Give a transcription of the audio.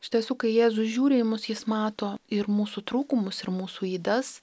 iš tiesų kai jėzus žiūri į mus jis mato ir mūsų trūkumus ir mūsų ydas